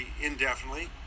indefinitely